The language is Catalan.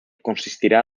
consistirà